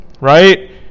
right